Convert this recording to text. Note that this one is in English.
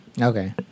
Okay